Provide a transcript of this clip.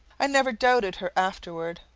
i never doubted her afterward.